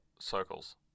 circles